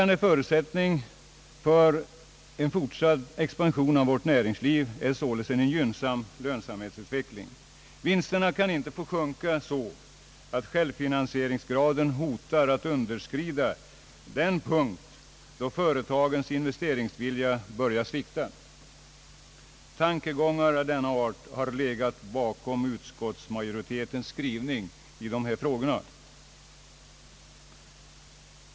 Vinsterna kan inte få sjunka så, att självfinansieringsgraden hotar att underskrida den punkt, där företagens investeringsvilja börjar svikta. Tankegångar av denna art har legat bakom utskottsmajoritetens skrivning i dessa frågor.